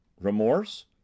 remorse